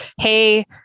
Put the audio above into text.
hey